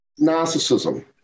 Narcissism